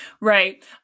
Right